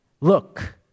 look